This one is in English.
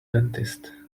dentist